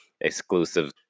exclusive